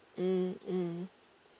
mm mm